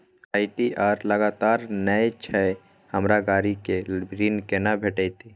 ITR लगातार नय छै हमरा गाड़ी के ऋण केना भेटतै?